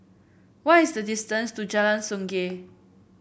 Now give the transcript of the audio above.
what is the distance to Jalan Sungei